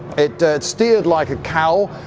it steered like a cow.